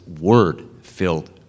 Word-filled